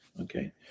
Okay